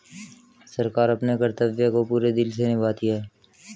सरकार अपने कर्तव्य को पूरे दिल से निभाती है